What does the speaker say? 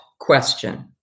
question